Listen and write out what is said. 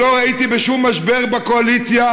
ולא ראיתי בשום משבר בקואליציה,